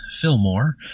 Fillmore